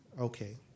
Okay